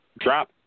Drop